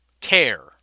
Care